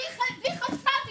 בלי חשמל בגללכם.